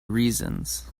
reasons